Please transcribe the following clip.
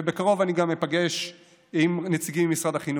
ובקרוב גם איפגש עם נציגים ממשרד החינוך.